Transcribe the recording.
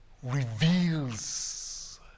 reveals